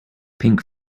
pink